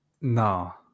No